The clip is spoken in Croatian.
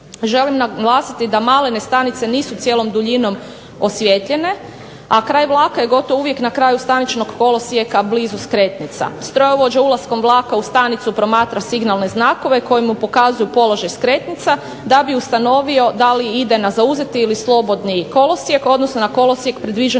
želim naglasiti da malene stanice nisu cijelom duljinom osvijetljene, a kraj vlaka je gotovo uvijek na kraju staničnog kolosijeka blizu skretnica. Strojovođa ulaskom vlaka u stanicu promatra signalne znakove koji mu pokazuju položaj skretnica da bi ustanovio da li ide na zauzeti ili slobodni kolosijek odnosno kolosijek predviđen